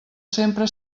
sempre